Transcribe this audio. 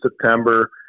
September